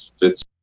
fits